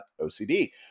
OCD